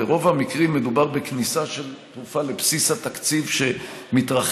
ברוב המקרים מדובר בכניסה של תרופה לבסיס התקציב שמתרחב,